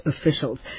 officials